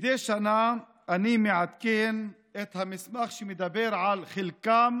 מדי שנה אני מעדכן את המסמך שמדבר על חלקם